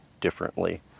differently